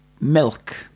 milk